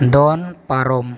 ᱫᱚᱱ ᱯᱟᱨᱚᱢ